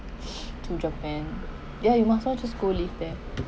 to japan ya you must while just go live there